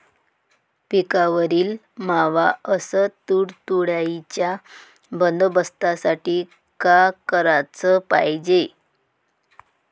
पिकावरील मावा अस तुडतुड्याइच्या बंदोबस्तासाठी का कराच पायजे?